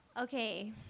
Okay